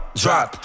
drop